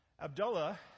Abdullah